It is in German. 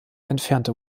entfernte